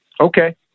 Okay